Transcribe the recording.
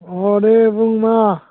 अह दे बुं मा